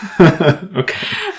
Okay